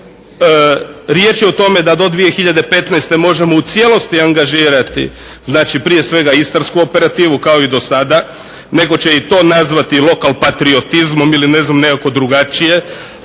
Riječ je o tome da do 2015. možemo u cijelosti angažirati znači prije svega istarsku operativu kao i do sada, netko će i to nazvati lokalpatriotizmom ili nekako drugačije